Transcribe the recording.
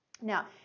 Now